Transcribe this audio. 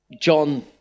John